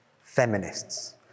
feminists